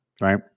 Right